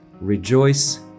rejoice